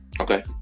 Okay